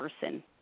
person